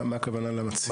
מה הכוונה למצהיר?